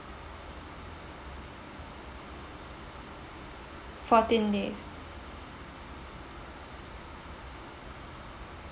fourteen days